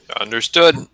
Understood